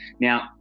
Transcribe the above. Now